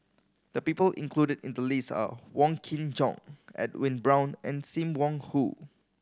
the people included in the list are Wong Kin Jong Edwin Brown and Sim Wong Hoo